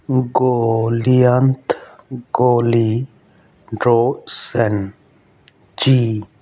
ਗੋਲਡੀਅੰਤ ਗੋਲੀ ਡਰੋ ਸੈਨ ਜੀ